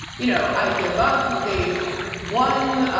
you know, i give up, they've won, ah,